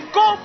go